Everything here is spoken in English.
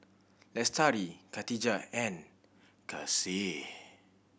Lestari Khatijah and Kasih